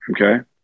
Okay